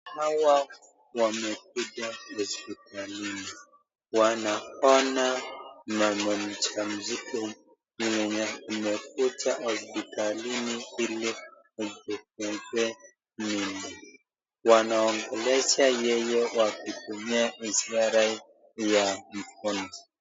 Hawa wamekuja hospitalini, wanaona mama mja mzito mwenye amekuja hospitalini ili wamuonee mimba. wanaongelesha yeye wakitumia ishara ya mikono.